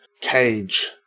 cage